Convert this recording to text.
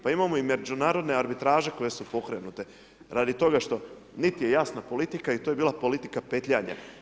Pa imamo i međunarodne arbitraže koje su pokrenute radi toga što niti je jasna politika i to je bila politika petljanja.